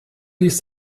ließ